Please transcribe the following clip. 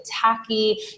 tacky